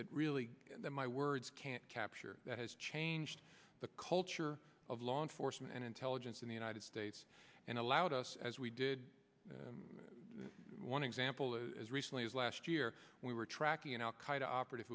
that really that my words can't capture that has changed the culture of law enforcement and intelligence in the united states and allowed us as we did one example is as recently as last year we were tracking an al qaida operat